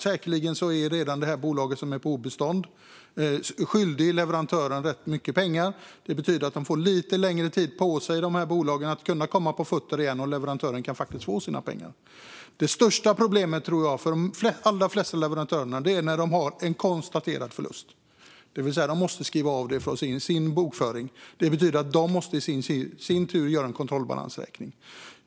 Säkerligen är det bolag som är på obestånd redan skyldigt leverantören rätt mycket pengar. Det betyder att bolagen får lite längre tid på sig att komma på fötter igen och att leverantören faktiskt kan få sina pengar. Det största problemet för de allra flesta leverantörer är när de har en konstaterad förlust, det vill säga en förlust som de måste skriva av från sin bokföring. Det betyder att de i sin tur måste upprätta en kontrollbalansräkning.